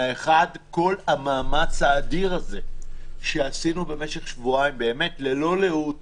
כל המאמץ האדיר הזה שעשינו במשך שבועיים באמת ללא לאות